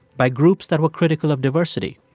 by groups that were critical of diversity.